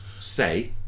say